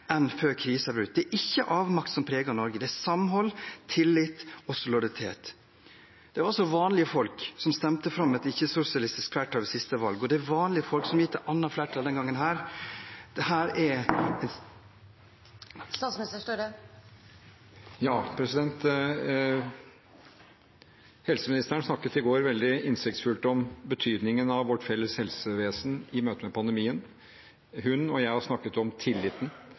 enn det var før krisen brøt ut. Det er ikke avmakt som preger Norge, det er samhold, tillit og solidaritet. Det var også vanlige folk som stemte fram et ikke-sosialistisk flertall ved forrige valg, og det er vanlige folk som har gitt et annet flertall denne gangen. Helseministeren snakket i går veldig innsiktsfullt om betydningen av vårt felles helsevesen i møtet med pandemien. Hun og jeg har snakket om tilliten.